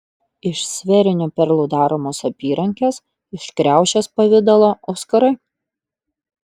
iš sferinių perlų daromos apyrankės iš kriaušės pavidalo auskarai